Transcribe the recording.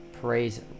praise